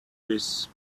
this